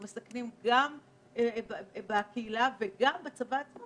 אנחנו מסכנים את הקהילה ואת הצבא.